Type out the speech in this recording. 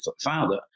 father